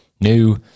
new